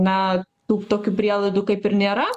na tų tokių prielaidų kaip ir nėra